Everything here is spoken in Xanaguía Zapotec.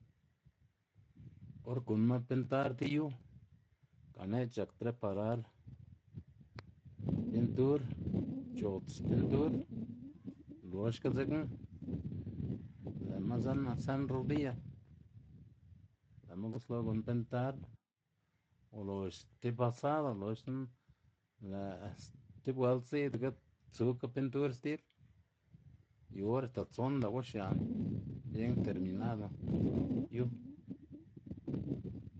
Or gunnma pintar ti yu, gane'c̲h̲ c̲h̲ak preparar pintur c̲h̲ots pintur loxga dzekna lë'ma zen sen rodiya, lëma guslo gun pintar, ulox stib pasado loxna lë' sti bueld sidaga tsuka pintur stib, yu or axta tson lë'wu xian bien terminado yu.